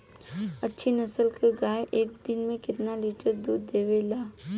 अच्छी नस्ल क गाय एक दिन में केतना लीटर दूध देवे ला?